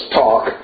talk